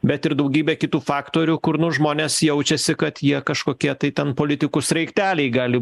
bet ir daugybė kitų faktorių kur nu žmonės jaučiasi kad jie kažkokie tai ten politikų sraigteliai gali